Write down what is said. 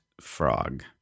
frog